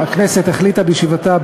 של חברי הכנסת מירי רגב,